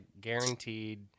guaranteed